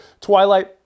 twilight